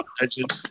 legend